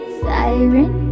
siren